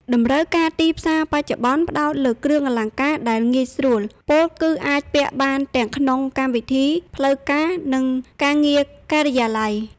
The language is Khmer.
តម្រូវការទីផ្សារបច្ចុប្បន្ន ផ្ដោតលើគ្រឿងអលង្ការដែល "ងាយស្រួល" ពោលគឺអាចពាក់បានទាំងក្នុងកម្មវិធីផ្លូវការ និងការងារការិយាល័យ។